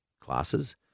classes